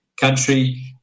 country